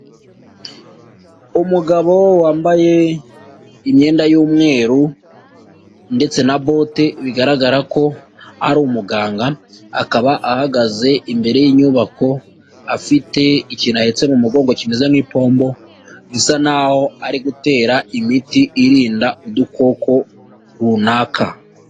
Umugabo wambaye imyenda y'umweru ndetse na bote bigaragara ko ari umuganga, akaba ahagaze imbere y'inyubako afite ikintu ahetse mu mugongo kimeze nk'ipombo, bisa naho ari gutera imiti irinda udukoko runaka.